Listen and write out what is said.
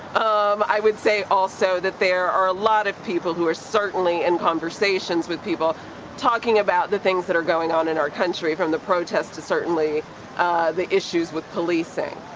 um i would say also that there are a lot of people who are certainly in conversations with people talking about the things that are going on in our country, from the protests to certainly the issues with policing.